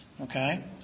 Okay